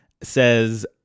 says